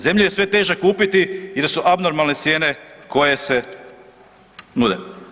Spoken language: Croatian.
Zemlju je sve teže kupiti jer su abnormalne cijene koje se nude.